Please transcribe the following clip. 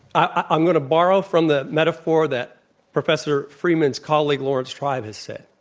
i'm going to borrow from the metaphor that professor freeman's colleague, lawrence tribe has said.